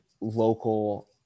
local